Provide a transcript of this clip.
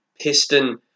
piston